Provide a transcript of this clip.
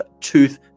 Tooth